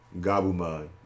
Gabumon